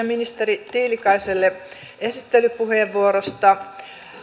ministeri tiilikaiselle esittelypuheenvuorosta